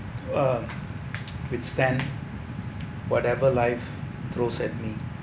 uh withstand whatever life throws at me